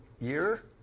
year